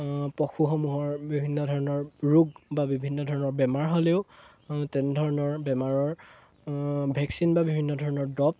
পশুসমূহৰ বিভিন্ন ধৰণৰ ৰোগ বা বিভিন্ন ধৰণৰ বেমাৰ হ'লেও তেনেধৰণৰ বেমাৰৰ ভেকচিন বা বিভিন্ন ধৰণৰ ড্ৰপ